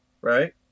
right